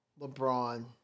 LeBron